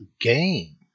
game